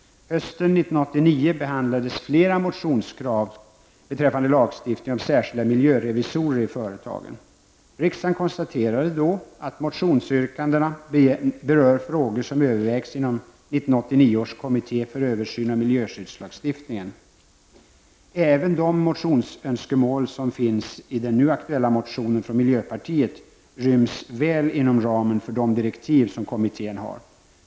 Hösten 1989 behandlades flera motionskrav beträffande lagstiftning om särskilda miljörevisorer i företagen. Riksdagen konstaterade då att motionsyrkandena berör frågor som övervägs inom 1989 års kommitté för översyn av miljöskyddslagstiftningen. Även de motionsönskemål som finns i den nu aktuella motionen från miljöpartiet ryms väl inom ramen för de direktiv som kommittén har.